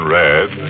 red